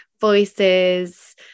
voices